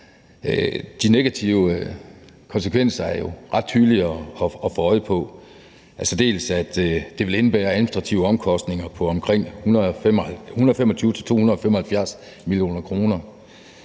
De negative konsekvenser er jo ret tydelige at få øje på, altså dels at det ville indebære administrative omkostninger på omkring 125-275 mio. kr.